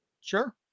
Sure